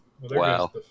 Wow